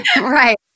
right